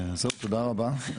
זהו, תודה רבה.